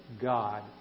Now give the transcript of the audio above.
God